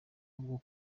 bwo